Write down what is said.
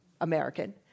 American